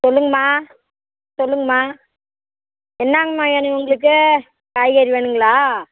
சொல்லுங்கம்மா சொல்லுங்கம்மா என்னங்கம்மா வேணும் உங்களுக்கு காய்கறி வேணுங்களா